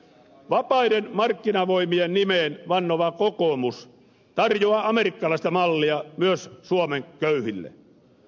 vapaiden markkinavoimien nimeen vannova kokoomus tarjoaa amerikkalaista mallia myös suomen köyhille